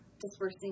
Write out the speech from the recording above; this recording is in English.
dispersing